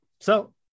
So-